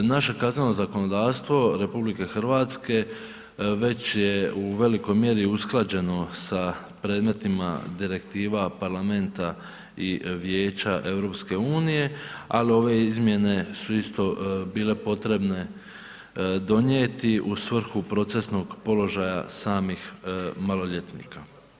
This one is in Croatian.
Naše kazneno zakonodavstvo RH već je u velikoj mjeri usklađeno sa predmetima direktiva parlamenta i vijeća EU-a ali ove izmjene su isto bile potrebne donijeti u svrhu procesnog položaja samih maloljetnika.